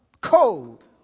cold